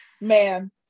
man